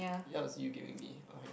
yeah it was you giving me okay